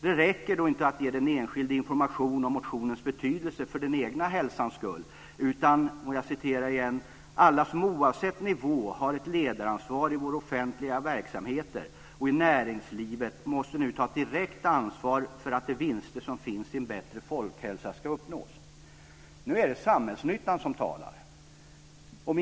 Det räcker då inte att ge den enskilde information om motionens betydelse för den egna hälsans skull, utan "alla som oavsett nivå har ett ledaransvar i våra offentliga verksamheter och i näringslivet måste nu ta ett direkt ansvar för att de vinster som finns i en bättre folkhälsa ska uppnås". Nu är det "samhällsnyttan" det handlar om.